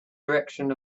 direction